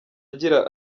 agira